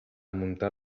muntar